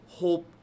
hope